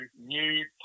new